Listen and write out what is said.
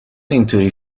اینطوری